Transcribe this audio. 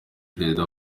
perezida